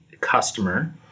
customer